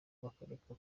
bakareka